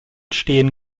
stehen